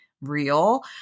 real